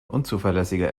unzuverlässiger